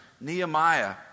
Nehemiah